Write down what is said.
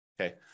Okay